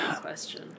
question